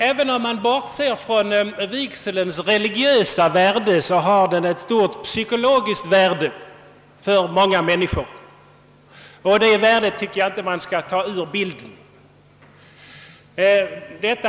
Även bortsett från vigselns religiösa värde har den ett stort psykologiskt värde för många människor, och det värdet tycker jag inte att vi skall ta från dem.